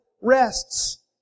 rests